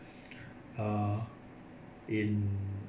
uh in